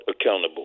accountable